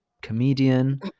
comedian